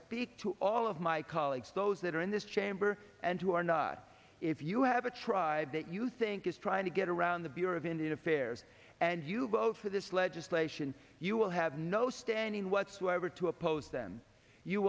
speak to all of my colleagues those that are in this chamber and you are not if you have a tribe that you think is trying to get around the bureau of indian affairs and you vote for this legislation you will have no standing whatsoever to oppose then you